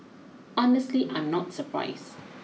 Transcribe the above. honestly I'm not surprised